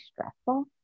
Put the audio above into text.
stressful